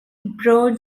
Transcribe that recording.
broad